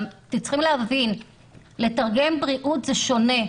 אתם צריכים להבין שלתרגם בריאות זה שונה.